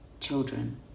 children